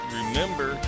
remember